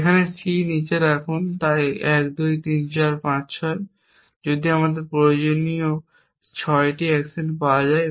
এখানে C নিচে রাখুন তাই 1 2 3 4 5 6 যদি আমাদের প্রয়োজনীয় 6টি অ্যাকশন পাওয়া যায়